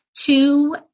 two